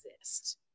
exist